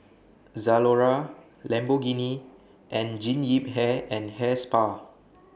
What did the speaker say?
Zalora Lamborghini and Jean Yip Hair and Hair Spa